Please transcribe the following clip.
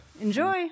Enjoy